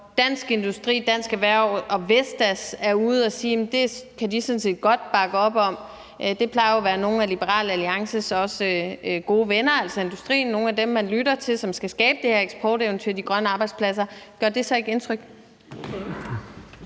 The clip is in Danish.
Dansk Industri, Dansk Erhverv og Vestas er ude at sige, at de sådan set godt kan bakke op om det – det plejer jo også at være nogle af Liberal Alliances gode venner, altså industrien, nogle af dem, man lytter til, og som skal skabe det her eksporteventyr og de grønne arbejdspladser – gør det så ikke indtryk?